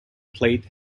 plate